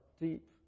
deep